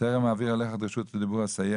טרם אעביר אליך את רשות הדיבור, אסיים